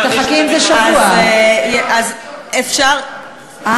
אפשר להגיש,